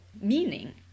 meaning